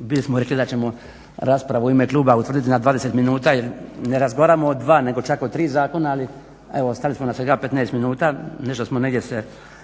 bili smo rekli da ćemo raspravu u ime kluba utvrditi na 20 minuta jer ne razgovaramo o dva nego čak o tri zakona ali evo ostali smo na svega 15 minuta, nešto smo negdje se